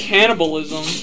Cannibalism